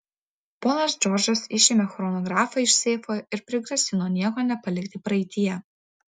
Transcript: ponas džordžas išėmė chronografą iš seifo ir prigrasino nieko nepalikti praeityje